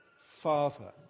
Father